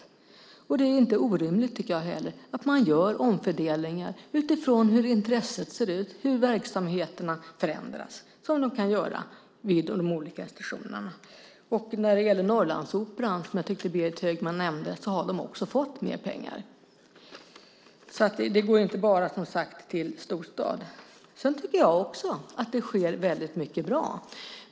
Det är heller inte orimligt att man gör omfördelningar utifrån hur intressen ser ut och hur verksamheterna förändras vid de olika institutionerna. Norrlandsoperan, som jag tyckte att Berit Högman nämnde, har också fått mer pengar. Det går inte bara till storstäderna. Det sker väldigt mycket bra.